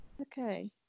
Okay